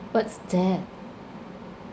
what's that